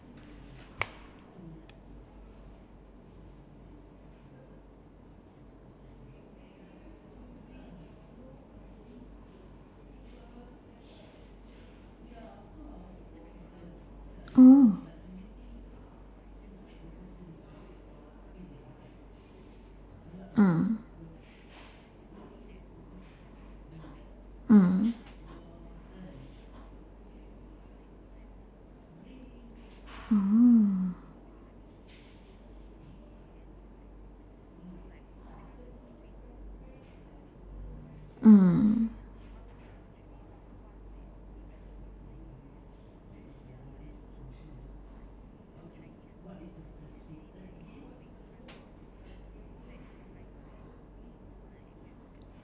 oh mm mm oh mm